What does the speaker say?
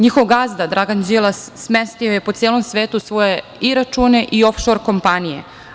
Njihov gazda Dragan Đilas smestio je po celom svetu svoje i račune i of šor kompanije.